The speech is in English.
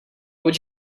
would